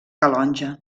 calonge